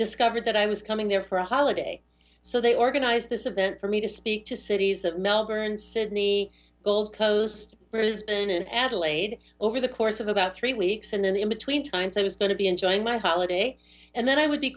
discovered that i was coming there for a holiday so they organized this event for me to speak to cities of melbourne sydney gold coast has been in adelaide over the course of about three weeks and in between times i was going to be enjoying my holiday and then i would be